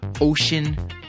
ocean